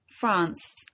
France